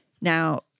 Now